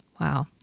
Wow